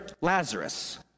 Lazarus